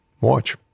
Watch